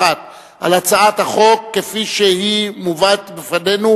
אחת על הצעת החוק כפי שהיא מובאת בפנינו,